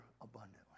abundantly